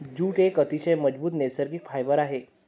jute एक अतिशय मजबूत नैसर्गिक फायबर आहे